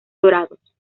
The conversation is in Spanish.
dorados